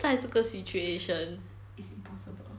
在这个 situation it's impossible